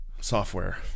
software